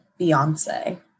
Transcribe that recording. beyonce